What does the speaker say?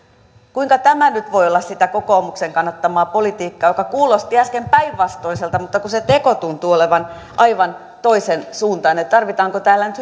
kuinka tämä nyt voi olla sitä kokoomuksen kannattamaa politiikkaa joka kuulosti äsken päinvastaiselta kun se teko tuntuu olevan aivan toisen suuntainen tarvitaanko täällä nyt